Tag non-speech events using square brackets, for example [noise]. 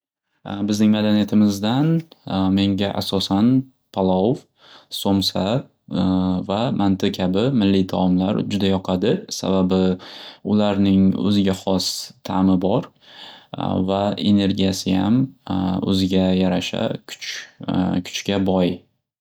Bizning madaniyatimizdan menga asosan palov, somsa va [hesitation] manti kabi milliy taomlar juda yoqadi sababi ularning o'ziga xos ta'mi bor va energiyasiyam [hesitation] o'ziga yarasha kuch-kuchga boy.